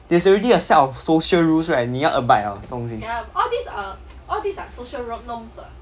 there's already a set of social rules right 你要 abide 了这种东西